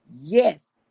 Yes